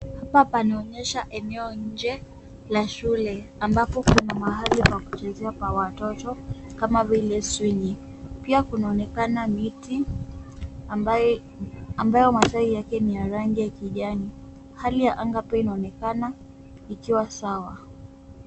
Hapa panaonyesha eneo nje la shule ambapo kuna mahali pa kuchezea pa watoto kama vile swinging . Pia kunaonekana miti ambayo matawi yake ni ya rangi ya kijani, hali ya anga pia inaonekana ikiwa sawa.